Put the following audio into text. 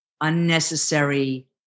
unnecessary